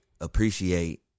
appreciate